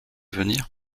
venir